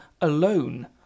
alone